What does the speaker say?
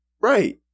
right